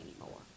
anymore